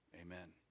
Amen